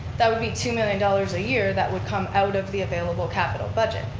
that would be two million dollars a year that would come out of the available capital budget.